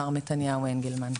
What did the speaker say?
מר מתניהו אנגלמן.